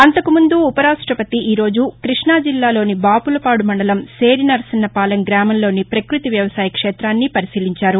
అంతకుముందు ఉపరాష్టపతి ఈరోజు కృష్ణాజిల్లాలోని బాపుల పాడుమండలం శేరి నరసన్నపాలెం గ్రామంలోని ప్రకృతి వ్యవసాయ క్షేతాన్ని పరిశీలించారు